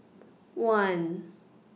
one